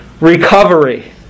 recovery